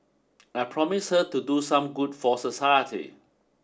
I promised her to do some good for society